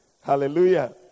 hallelujah